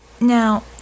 Now